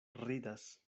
ridas